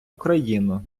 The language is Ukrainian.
україну